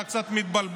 אתה קצת מתבלבל.